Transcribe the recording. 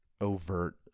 overt